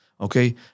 Okay